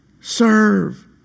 serve